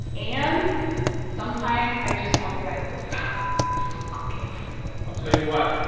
and sometimes i just want you guys to stop talking i'll tell you what.